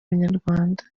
nyarwanda